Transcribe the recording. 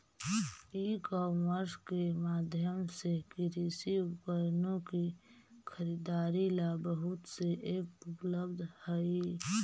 ई commerce के माध्यम से कृषि उपकरणों की खरीदारी ला बहुत से ऐप उपलब्ध हई